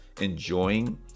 enjoying